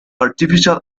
artificial